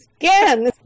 again